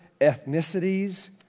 ethnicities